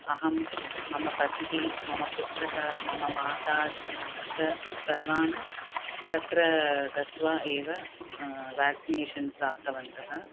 अहं मम पतिः मम पुत्रः मम माता च सर्वान् तत्र गत्वा एव व्याक्सिनेशन् प्राप्तवन्तः